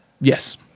Yes